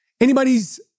Anybody's